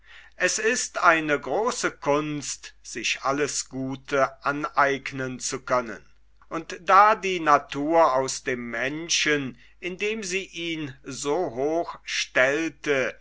es ist eine große kunst sich alles gute aneignen zu können und da die natur aus dem menschen indem sie ihn so hoch stellte